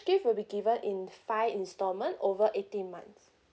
gift will be given in five instalment over eighteen months